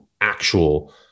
actual